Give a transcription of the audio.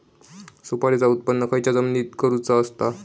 सुपारीचा उत्त्पन खयच्या जमिनीत करूचा असता?